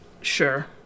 Sure